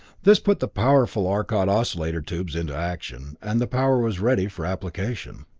this put the powerful arcot oscillator tubes into action, and the power was ready for application.